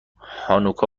هانوکا